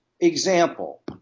Example